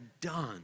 done